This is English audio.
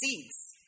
seeds